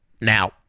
Now